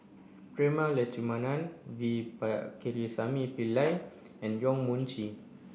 Prema Letchumanan V Pakirisamy Pillai and Yong Mun Chee